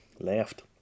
left